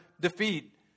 defeat